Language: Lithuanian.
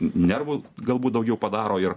nervų galbūt daugiau padaro ir